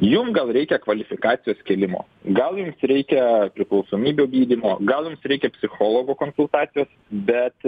jum gal reikia kvalifikacijos kėlimo gal jums reikia priklausomybių gydymo gal reikia psichologo konsultacijos bet